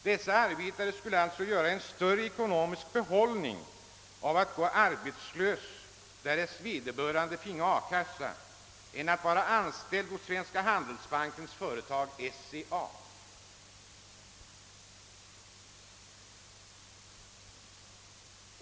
De arbetare det här gäller skulle sålunda få en större ekonomisk behållning genom att gå arbetslösa med ersättning från A-kassan än att vara anställda vid Svenska handelsbankens företag SCA.